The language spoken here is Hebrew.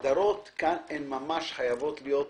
שההגדרות כאן חייבות להיות ממש